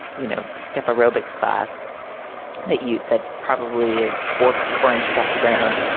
you know, step aerobics class that you that probably is four feet, four inches off the ground.